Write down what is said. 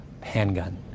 handgun